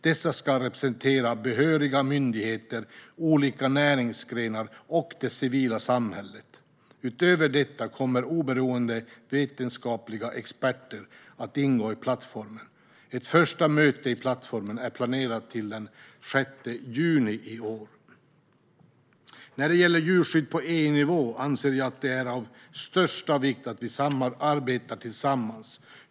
Dessa ska representera behöriga myndigheter, olika näringsgrenar och det civila samhället. Utöver detta kommer oberoende vetenskapliga experter att ingå i plattformen. Ett första möte i plattformen är planerat till den 6 juni i år. När det gäller djurskydd på EU-nivå anser jag att det är av största vikt att vi arbetar tillsammans.